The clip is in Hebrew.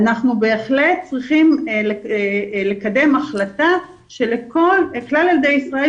אנחנו בהחלט צריכים לקדם החלטה שכלל ילדי ישראל